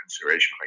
consideration